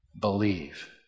believe